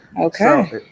okay